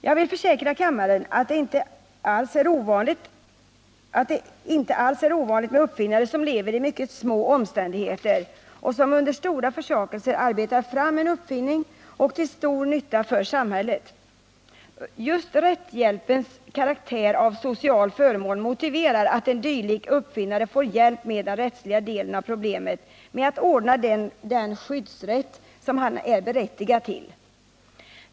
Jag vill försäkra kammarens ledamöter, att det inte alls är ovanligt med uppfinnare, som lever i mycket små omständigheter och som under stora försakelser arbetar fram en uppfinning till stor nytta för samhället. Just rättshjälpens karaktär av social förmån motiverar att en dylik uppfinnare får hjälp med den rättsliga delen av problemet med att ordna den skyddsrätt som han är berättigad till.